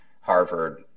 Harvard